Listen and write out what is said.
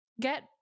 get